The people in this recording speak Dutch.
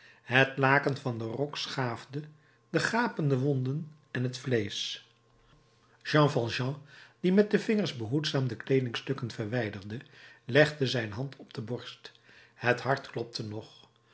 het laken van den rok schaafde de gapende wonden en het vleesch jean valjean die met de vingers behoedzaam de kleedingstukken verwijderde legde zijn hand op de borst het hart klopte nog